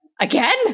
Again